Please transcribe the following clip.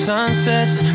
sunsets